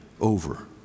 over